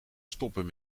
stoppen